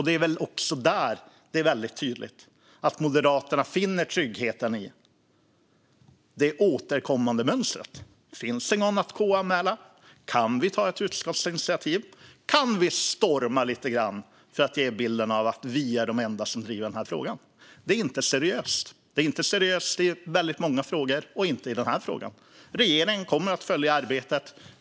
Det är väl också där det är tydligt att Moderaterna finner trygghet i det återkommande mönstret. Finns det någon att KU-anmäla? Kan vi ta ett utskottsinitiativ? Kan vi storma lite grann för att ge bilden av att vi är de enda som driver den här frågan? Det är inte seriöst. Det är inte seriöst i väldigt många frågor, och det är inte seriöst i den här frågan. Regeringen kommer att följa arbetet.